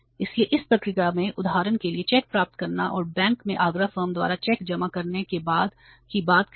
इसलिए इस प्रक्रिया में उदाहरण के लिए चेक प्राप्त करना और बैंक में आगरा फर्म द्वारा चेक जमा करने के बाद कहना